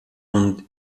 und